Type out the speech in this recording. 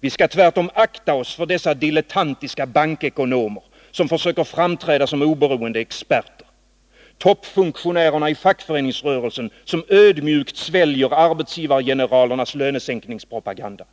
Vi skall tvärtom akta oss för dessa dilettantiska bankekonomer, som försöker framträda som oberoende experter och för toppfunktionärerna i fackföreningsrörelsen, som ödmjukt sväljer arbetsgivargeneralernas lönesänkningspropaganda.